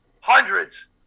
Hundreds